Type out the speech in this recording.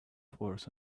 force